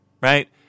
Right